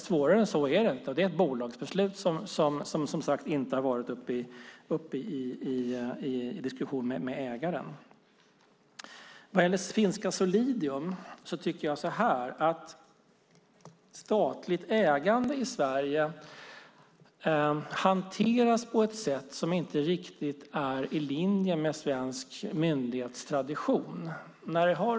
Svårare än så är det inte. Det är ett bolagsbeslut som, som sagt, inte har varit uppe till diskussion med ägaren. Vad gäller finska Solidium tycker jag att statligt ägande i Sverige hanteras på ett sätt som inte riktigt är i linje med svensk myndighetstradition.